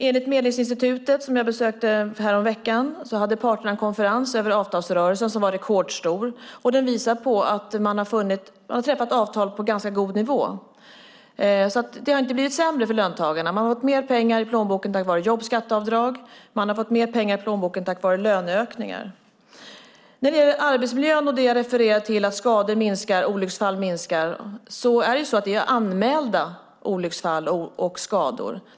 Enligt Medlingsinstitutet, som jag besökte häromveckan, hade parterna en konferens om avtalsrörelsen som var rekordstor. Den visar att man har träffat avtal på en ganska god nivå. Det har inte blivit sämre för löntagarna. De har fått mer pengar i plånboken tack vare jobbskatteavdrag och löneökningar. Jag refererade till att antalet skador och olycksfall minskar. Det handlar om antalet anmälda olycksfall och skador.